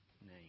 name